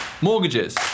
Mortgages